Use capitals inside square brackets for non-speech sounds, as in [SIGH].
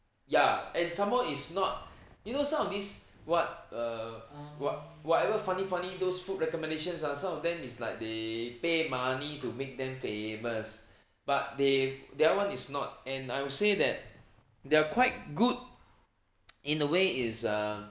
ya and some more is not [BREATH] you know some of this what err what whatever funny funny those food recommendations ah some of them is like they pay money to make them famous but they the other [one] is not and I would say that they are quite good in a way is err